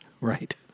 Right